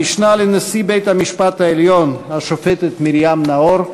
המשנה לנשיא בית-המשפט העליון השופטת מרים נאור,